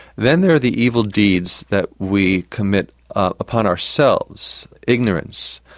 then there are the evil deeds that we commit upon ourselves ignorance,